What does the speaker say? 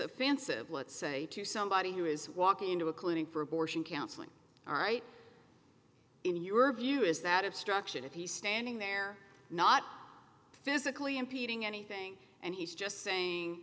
offensive let's say to somebody who is walking into a clinic for abortion counseling all right in your view is that obstruction is he standing there not physically impeding anything and he's just saying